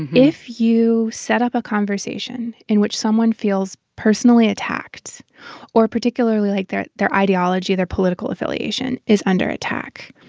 if you set up a conversation in which someone feels personally attacked or particularly like their their ideology, their political affiliation is under attack,